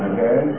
Okay